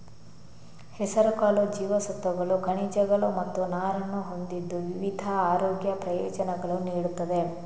ಹೆಸರುಕಾಳು ಜೀವಸತ್ವಗಳು, ಖನಿಜಗಳು ಮತ್ತು ನಾರನ್ನು ಹೊಂದಿದ್ದು ವಿವಿಧ ಆರೋಗ್ಯ ಪ್ರಯೋಜನಗಳನ್ನು ನೀಡುತ್ತದೆ